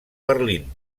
berlín